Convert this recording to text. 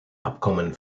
abkommen